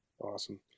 Awesome